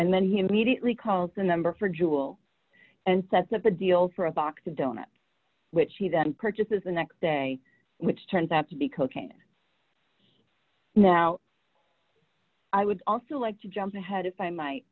and then he immediately called the number for jewel and sets up a deal for a box of donuts which he then purchases the next day which turns out to be cocaine now i would also like to jump ahead if i might